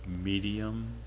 Medium